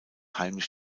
heimlich